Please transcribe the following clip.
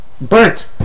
burnt